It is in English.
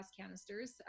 canisters